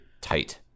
tight